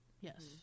Yes